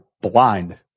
blind